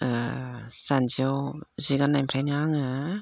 जान्जियाव जि गाननायनिफ्रायनो आङो